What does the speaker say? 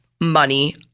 money